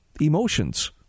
emotions